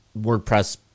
WordPress